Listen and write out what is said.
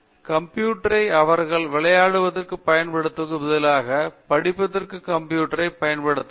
விஸ்வநாதன் கம்ப்யூட்டரைப் அவர்கள் விளையாடுவதற்கு பயன்படுத்துவதற்குப் பதிலாக படிப்பதற்கு கம்ப்யூட்டரைப் பயன்படுத்தலாம்